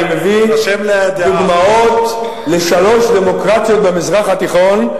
אני מביא דוגמאות לשלוש דמוקרטיות במזרח התיכון,